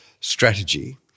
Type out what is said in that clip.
strategy